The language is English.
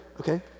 okay